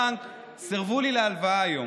הבנק סירבו לי להלוואה היום.